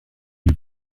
die